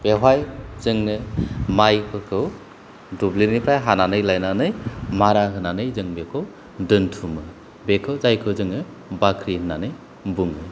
बेवहाय जोङो माइफोरखौ दुब्लिनिफ्राय हानानै लायनानै मारा होनानै जों बेखौ दोनथुमो बेखौ जायखौ जोङो बाख्रि होननानै बुङो